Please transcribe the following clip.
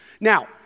Now